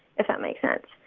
if that makes sense.